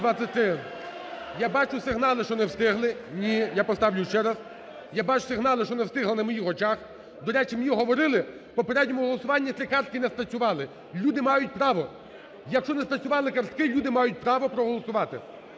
Я бачу сигнали, що не встигли. (Шум в залі) Ні, я поставлю ще раз. Я бачу сигнали, що не встигли на моїх очах. До речі, мені говорили, в попередньому голосуванні три картки не спрацювали, люди мають право. Якщо не спрацювали картки, люди мають право проголосувати.